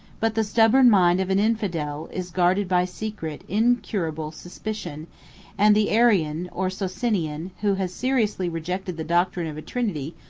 but the stubborn mind of an infidel, is guarded by secret, incurable suspicion and the arian, or socinian, who has seriously rejected the doctrine of a trinity,